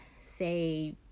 say